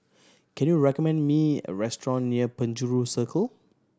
can you recommend me a restaurant near Penjuru Circle